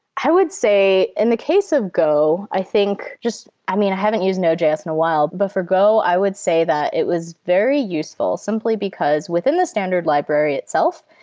i would say, in the case go, i think just i mean, i haven't used node js in a while. but for go, i would say that it was very useful simply because within the standard library itself,